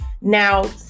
Now